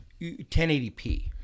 1080p